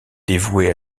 dévouée